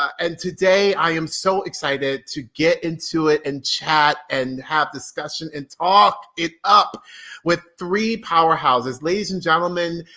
and today i am so excited to get into it and chat and have discussion and talk it up with three powerhouses. ladies and gentlemen,